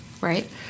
right